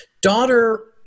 daughter